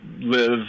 live